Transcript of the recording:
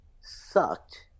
sucked